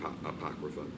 Apocrypha